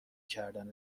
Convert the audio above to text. کردن